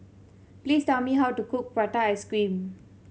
please tell me how to cook prata ice cream